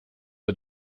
are